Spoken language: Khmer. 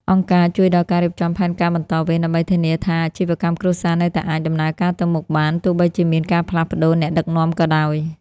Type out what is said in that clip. អង្គការជួយដល់ការរៀបចំផែនការបន្តវេន ដើម្បីធានាថាអាជីវកម្មគ្រួសារនៅតែអាចដំណើរការទៅមុខបាន ទោះបីជាមានការផ្លាស់ប្តូរអ្នកដឹកនាំក៏ដោយ។